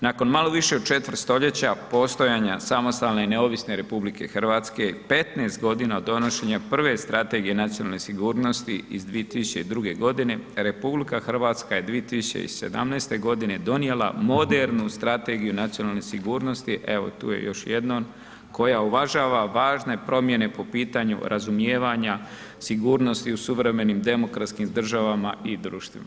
Nakon malo više od četvrt stoljeća postojanja samostalne i neovisne RH 15 godina od donošenja prve Strategije nacionalne sigurnosti iz 2002. godine RH je 2017. godine donijela modernu Strategiju nacionalne sigurnosti, evo tu je još jednom koja uvažava važne promjene po pitanju razumijevanja sigurnosti u suvremenim demokratskim državama i društvima.